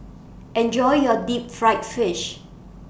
Enjoy your Deep Fried Fish